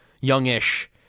youngish